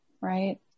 Right